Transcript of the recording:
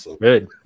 Good